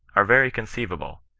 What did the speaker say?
are very conceivable,